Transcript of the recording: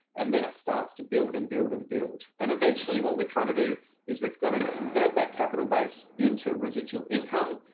and then it starts to build and build and build. and eventually what we're trying to do is we're going to convert that capital base into residual income.